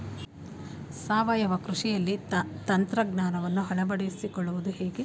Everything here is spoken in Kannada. ಸಾವಯವ ಕೃಷಿಯಲ್ಲಿ ತಂತ್ರಜ್ಞಾನವನ್ನು ಅಳವಡಿಸಿಕೊಳ್ಳುವುದು ಹೇಗೆ?